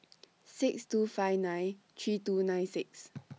six two five nine three two nine six